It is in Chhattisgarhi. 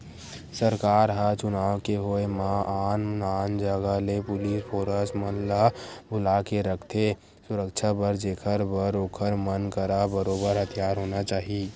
सरकार ह चुनाव के होय म आन आन जगा ले पुलिस फोरस मन ल बुलाके रखथे सुरक्छा बर जेखर बर ओखर मन करा बरोबर हथियार होना चाही